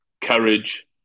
courage